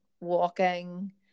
walking